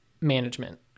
management